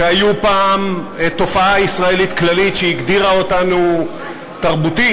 שהיו פעם תופעה ישראלית כללית שהגדירה אותנו תרבותית,